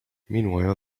meanwhile